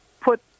put